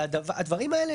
הדברים האלה